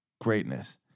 greatness